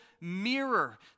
mirror